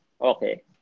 Okay